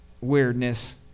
weirdness